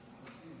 והספורט.